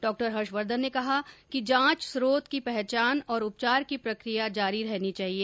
डॉ हर्षवर्धन ने कहा कि जांच च्रोत की पहचान और उपचार की प्रकिया जारी रहनी चाहिए